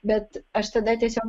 bet aš tada tiesiog